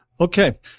Okay